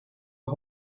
are